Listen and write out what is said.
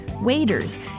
waiters